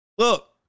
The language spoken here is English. look